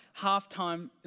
halftime